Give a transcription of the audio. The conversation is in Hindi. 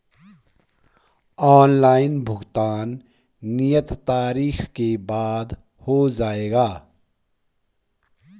ऑनलाइन भुगतान नियत तारीख के बाद हो जाएगा?